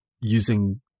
using